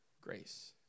grace